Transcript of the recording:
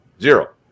Zero